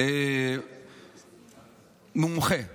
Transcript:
מומחה בערבית,